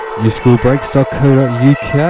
newschoolbreaks.co.uk